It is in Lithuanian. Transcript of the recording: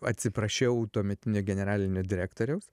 atsiprašiau tuometinio generalinio direktoriaus